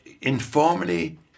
informally